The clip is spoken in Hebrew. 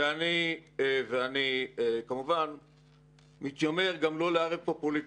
ואני כמובן מתיימר גם לא לערב פה פוליטיקה.